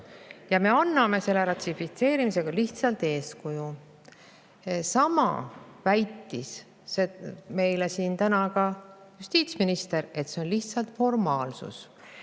ja me anname selle ratifitseerimisega lihtsalt eeskuju. Sama väitis meile siin täna ka justiitsminister, et see on lihtsalt formaalsus.